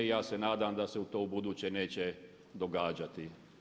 I ja se nadam da se to ubuduće neće događati.